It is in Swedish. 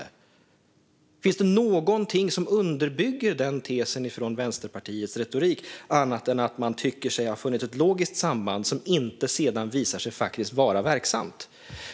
Finns det någonting som underbygger den tesen från Vänsterpartiets retorik annat än att man tycker sig ha funnit ett logiskt samband som sedan inte visar sig vara verksamt?